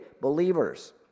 Believers